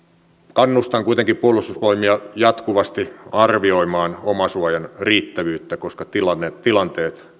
kannustan kuitenkin puolustusvoimia jatkuvasti arvioimaan omasuojan riittävyyttä koska tilanteet tilanteet